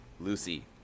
Lucy